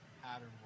pattern